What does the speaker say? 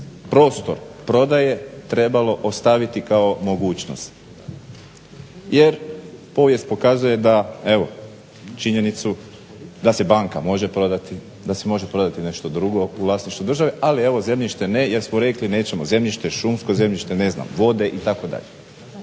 prostor prodaje trebalo ostaviti kao mogućnost jer povijest pokazuje činjenicu da se banka može prodati, da se može prodati nešto drugo u vlasništvu države, ali evo zemljište ne jer smo rekli nećemo zemljište, šumsko zemljište, vode itd.